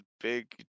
big